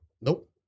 nope